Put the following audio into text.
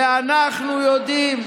ואנחנו יודעים,